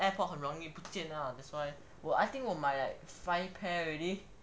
airpods 很容易不见 lah that's why I think 我买 like five pair already